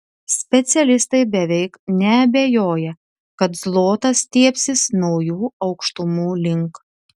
specialistai beveik neabejoja kad zlotas stiebsis naujų aukštumų link